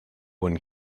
one